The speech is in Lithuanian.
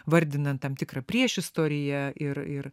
vardinant tam tikrą priešistorėje ir ir